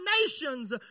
nations